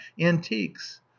antiques